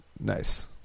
Nice